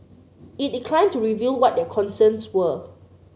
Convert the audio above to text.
it declined to reveal what their concerns were